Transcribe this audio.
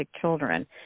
children